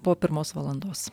po pirmos valandos